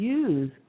use